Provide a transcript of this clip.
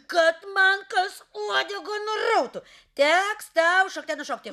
kad man kas uodegą nurautų teks tau šokte nušokti nušokti